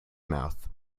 mouth